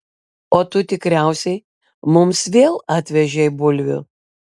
o tu tikriausiai mums vėl atvežei bulvių